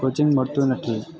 coaching મળતું નથી